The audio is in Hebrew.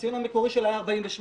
והציון המקורי שלו היה 48,